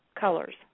colors